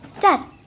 Dad